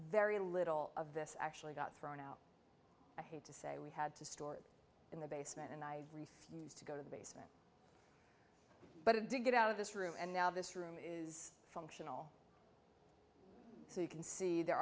very little of this actually got thrown out i hate to say we had to store it in the basement and i refused to go to the basement but it did get out of this room and now this room is functional so you can see there